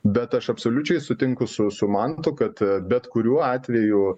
bet aš absoliučiai sutinku su su mantu kad bet kuriuo atveju